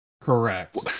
Correct